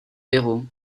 héros